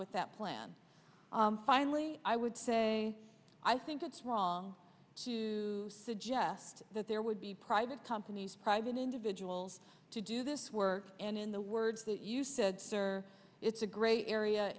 with that plan finally i would say i think it's wrong to suggest that there would be private companies private individuals to do this work and in the words that you said sir it's a great area